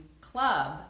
club